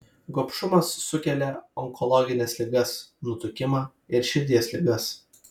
gobšumas sukelia onkologines ligas nutukimą ir širdies ligas